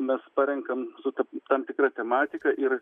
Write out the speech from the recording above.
mes parenkam su tam tikra tematika ir